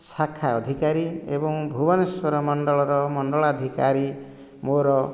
ଶାଖା ଅଧିକାରୀ ଏବଂ ଭୂବନେଶ୍ୱର ମଣ୍ଡଳର ମଣ୍ଡଳାଧିକାରୀ ମୋର